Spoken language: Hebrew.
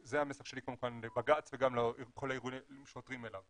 זה המסר שלי כמובן לבג"צ וגם לכל הארגונים שעותרים אליו,